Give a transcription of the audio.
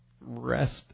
rest